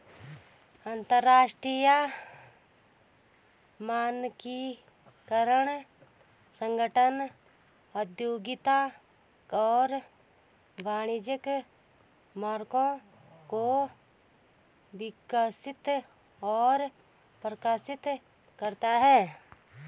अंतरराष्ट्रीय मानकीकरण संगठन औद्योगिक और वाणिज्यिक मानकों को विकसित और प्रकाशित करता है